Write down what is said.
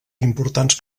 importants